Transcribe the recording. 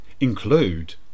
include